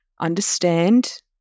understand